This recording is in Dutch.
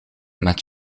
met